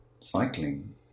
cycling